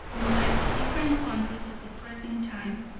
unlike the different countries of the present time,